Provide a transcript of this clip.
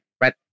Right